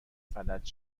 فلج